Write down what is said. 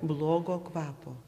blogo kvapo